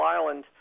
Island